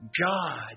God